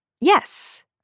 Yes